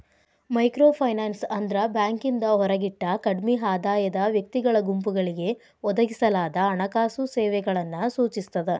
microfinance ಅಂದ್ರ ಬ್ಯಾಂಕಿಂದ ಹೊರಗಿಟ್ಟ ಕಡ್ಮಿ ಆದಾಯದ ವ್ಯಕ್ತಿಗಳ ಗುಂಪುಗಳಿಗೆ ಒದಗಿಸಲಾದ ಹಣಕಾಸು ಸೇವೆಗಳನ್ನ ಸೂಚಿಸ್ತದ